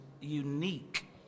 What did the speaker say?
unique